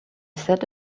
set